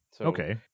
Okay